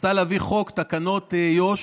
רצתה להביא חוק תקנות יו"ש,